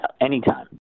Anytime